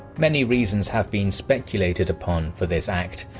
many reasons have been speculated upon for this act,